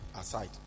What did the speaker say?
aside